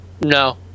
No